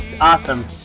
awesome